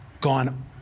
gone